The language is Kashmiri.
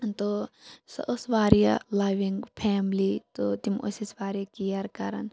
تہٕ سۄ ٲسۍ واریاہ لَوِنگ فیملی تہٕ تِم ٲسۍ اَسہِ واریاہ کِیَر کران